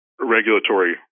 regulatory